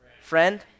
friend